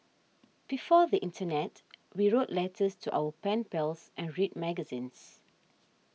before the internet we wrote letters to our pen pals and read magazines